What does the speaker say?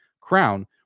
Crown